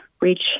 reach